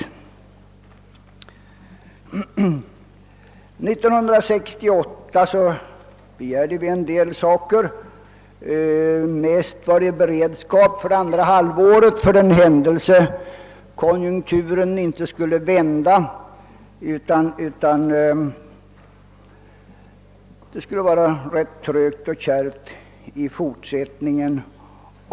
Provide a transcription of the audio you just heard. År 1968 lade vi fram vissa förslag, främst rörande beredskapsåtgärder för andra halvåret, för den händelse konjunkturen inte skulle vända utan föret bli ganska trögt och kärvt även i fortsättningen.